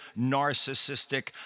narcissistic